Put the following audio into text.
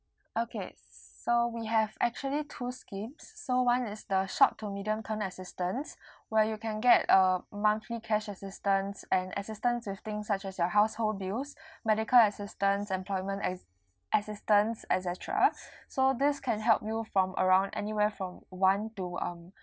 okay so we have actually two schemes so one is the short to medium term assistance where you can get uh monthly cash assistance and assistance with things such as your household bills medical assistance employment a~ assistance et cetera so this can help you from around anywhere from one to um